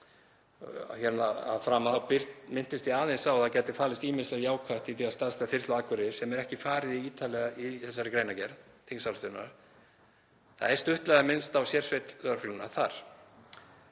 Það er stuttlega minnst á sérsveit lögreglunnar þar